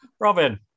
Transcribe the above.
robin